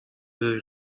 داری